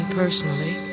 personally